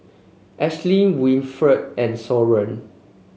Ashlie Winnifred and Soren